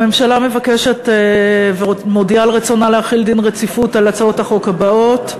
הממשלה מבקשת ומודיעה על רצונה להחיל דין רציפות על הצעת החוק הבאות: